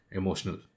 emotional